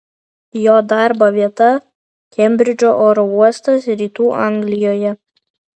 jo darbo vieta kembridžo oro uostas rytų anglijoje